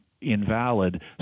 invalid